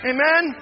Amen